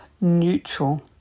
neutral